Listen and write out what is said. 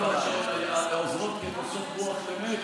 עוזרות ככוסות רוח למת,